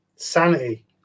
sanity